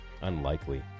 Unlikely